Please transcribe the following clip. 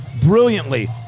brilliantly